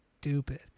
stupid